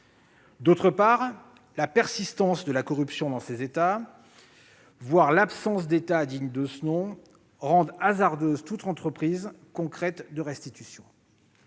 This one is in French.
corruption, la persistance de la corruption dans ces États, voire l'absence de structure étatique digne de ce nom, rend hasardeuse toute entreprise concrète de restitution.